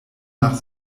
nach